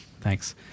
Thanks